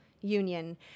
union